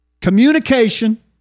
Communication